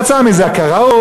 יצאה מזה הקראות,